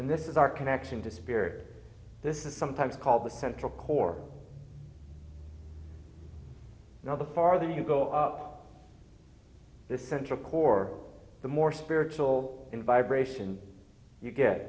and this is our connection to spirit this is sometimes called the central core now the farther you go up the central core the more spiritual in vibration you get